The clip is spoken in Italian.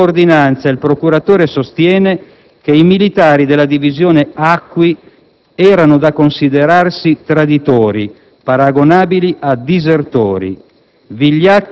Nella sua ordinanza, il procuratore sostiene che i militari della Divisione Acqui erano da considerarsi «traditori paragonabili a disertori»,